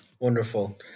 Wonderful